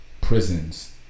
prisons